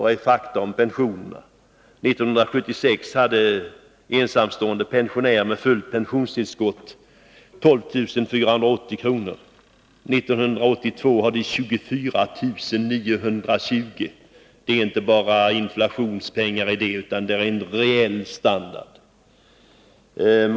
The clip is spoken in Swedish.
Vi har fakta om pensionerna. 1976 hade ensamstående pensionärer med fullt pensionstillskott 12 480 kr. 1982 hade de 24 920. Det är inte bara inflationspengar det gäller, utan det är en reell standard.